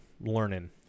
learning